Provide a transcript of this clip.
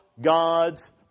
God's